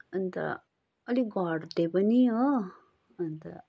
अन्त अलिक घट्दियो पनि हो अन्त